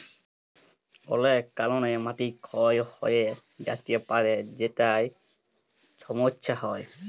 অলেক কারলে মাটি ক্ষয় হঁয়ে য্যাতে পারে যেটায় ছমচ্ছা হ্যয়